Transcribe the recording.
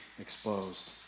exposed